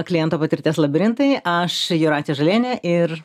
kliento patirties labirintai aš jūratė žalienė ir